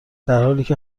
درحالیکه